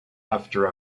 after